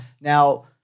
Now-